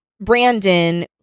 Brandon